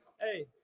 Hey